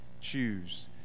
choose